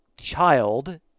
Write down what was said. child